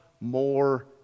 more